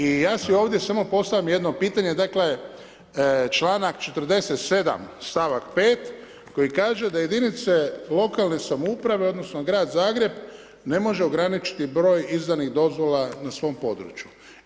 I ja si ovdje samo postavljam jedno pitanje, dakle, članak 47. stavak 5. koji kaže da jedinice lokalne samouprave odnosno grad Zagreb, ne može ograničiti broj izdanih dozvola na svom području.